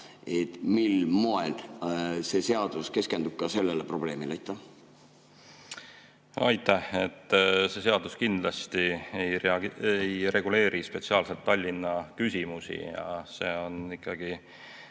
Mil moel see seadus keskendub sellele probleemile? Aitäh! See seadus kindlasti ei reguleeri spetsiaalselt Tallinna küsimusi. See on ikkagi